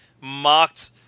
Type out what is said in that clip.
mocked